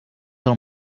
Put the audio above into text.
del